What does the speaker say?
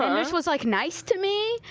um just was like nice to me.